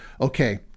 okay